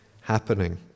happening